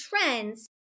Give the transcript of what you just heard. trends